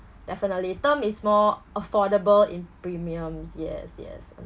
definitely term is more affordable in premium yes yes